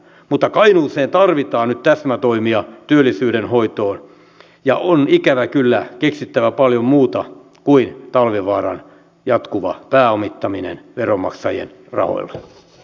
mutta kainuuseen tarvitaan nyt täsmätoimia työllisyyden hoitoon ja on ikävä kyllä keksittävä paljon muuta kuin talvivaaran jatkuva pääomittaminen veronmaksajien rahoilla